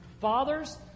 Fathers